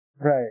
Right